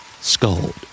Scold